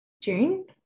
June